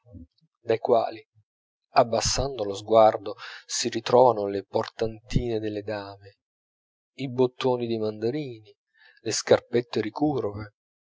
dai quali abbassando lo sguardo si ritrovano le portantine delle dame i bottoni dei mandarini le scarpette ricurve